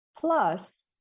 Plus